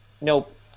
Nope